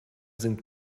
sind